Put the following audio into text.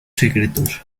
secretos